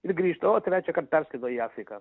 ir grįžta o trečiąkart perskrido į afriką